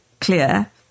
clear